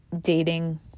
dating